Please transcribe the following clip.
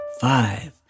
Five